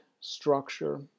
structure